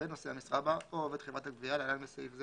ונושאי המשרה בה או עובד חברת הגבייה (להלן בסעיף זה,